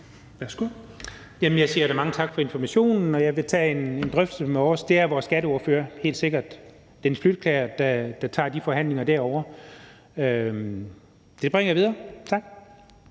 jeg siger da mange tak for informationen, og jeg vil tage en drøftelse med vores skatteordfører. Det er helt sikkert vores skatteordfører, Dennis Flydtkjær, der deltager i de forhandlinger derovre. Det bringer jeg videre. Tak.